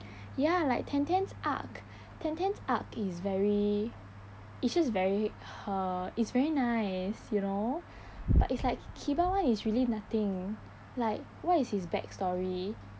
ya like ten ten's arc ten ten's arc is very it's just very her it's very nice you know but it's like kiba one is really nothing like what is his back story